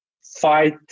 fight